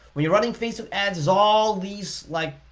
when you're running facebook ads is all these like,